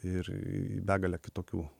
ir į begalę kitokių